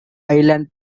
island